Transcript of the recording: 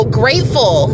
grateful